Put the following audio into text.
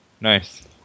nice